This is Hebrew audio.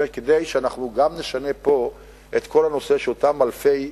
כדי שאנחנו גם נשנה פה את כל הנושא שאותם אלפי סטודנטים,